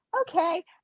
Okay